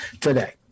today